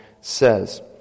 says